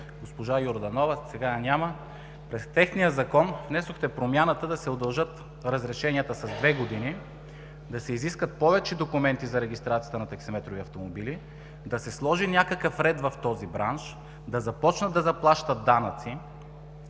госпожа Йорданова, сега я няма, през техния закон внесохте промяната да се удължат разрешенията с две години; да се изискат повече документи за регистрация на таксиметрови автомобили; да се сложи някакъв ред в този бранш; да започнат да заплащат данъци;